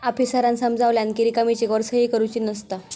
आफीसरांन समजावल्यानं कि रिकामी चेकवर सही करुची नसता